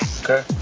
Okay